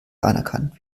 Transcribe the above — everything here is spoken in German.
anerkannt